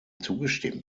zugestimmt